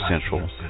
Central